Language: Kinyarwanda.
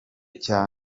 cya